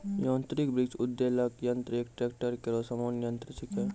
यांत्रिक वृक्ष उद्वेलक यंत्र एक ट्रेक्टर केरो सामान्य यंत्र छिकै